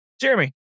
Jeremy